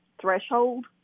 threshold